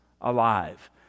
alive